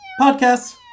podcasts